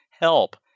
help